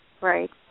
Right